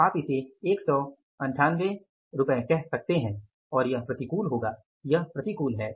तो आप इसे 19875 रुपये कह सकते हैं और यह प्रतिकूल होगा यह प्रतिकूल है